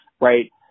right